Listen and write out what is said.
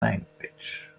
language